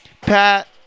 Pat